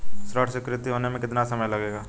ऋण स्वीकृत होने में कितना समय लगेगा?